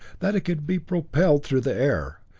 that it could be propelled through the air.